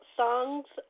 songs